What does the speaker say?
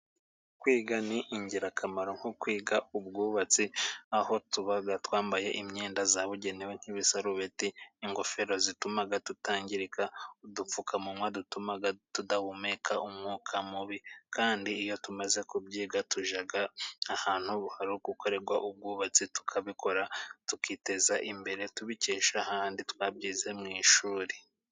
Kwiga ni ingirakamaro nko kwiga ubwubatsi, aho tuba twambaye imyenda yabugenewe nk'ibisarubeti, ingofero zituma tutangirika, udupfukamunwa dutuma tudahumeka umwuka mubi, kandi iyo tumaze kubyiga tujya ahantu hari gukorerwa ubwubatsi tukabikora, tukiteza imbere, tubikesha ahandi twabyize mu ishuri.